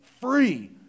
free